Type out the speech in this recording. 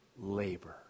Labor